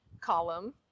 column